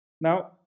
Now